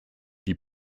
die